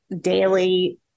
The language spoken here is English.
daily